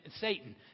Satan